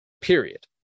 period